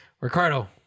Ricardo